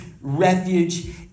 refuge